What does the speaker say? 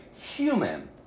human